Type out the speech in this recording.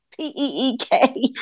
P-E-E-K